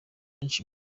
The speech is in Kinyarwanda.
abenshi